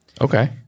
Okay